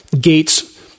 gates